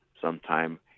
sometime